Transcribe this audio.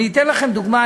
אני אתן לכם דוגמה.